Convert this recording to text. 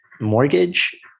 mortgage